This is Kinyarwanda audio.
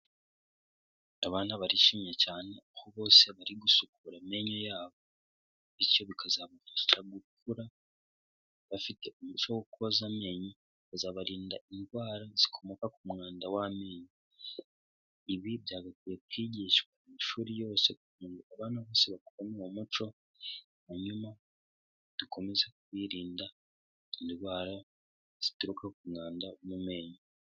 Abana barishimye cyane, aho bose bari gusukura amenyo yabo, bityo bikazabafasha gukura bafite umuco wo koza amenyo, bikazabarinda indwara zikomoka ku mwanda w'amenyo. Ibi byagakwiye kwigishwa mu mashuri yose kugira ngo abana bose bakurane uwo muco, hanyuma dukomeze kwirinda indwara zituruka ku mwanda wo mu menyo.